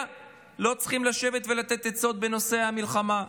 לא צריכים לשבת ולתת עצות בנושא המלחמה.